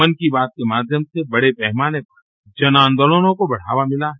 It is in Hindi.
मन की बात के माध्यम से बड़े पैमाने पर जन आंदोलनों को बढ़ावा मिला है